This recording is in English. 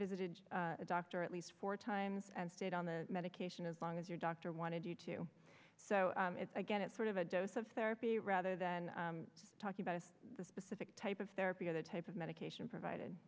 visited a doctor at least four times and stayed on the medication as long as your doctor wanted you to so it's again it's sort of a dose of therapy rather than talking about the specific type of therapy or the type of medication provided